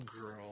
girl